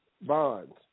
Bonds